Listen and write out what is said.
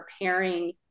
preparing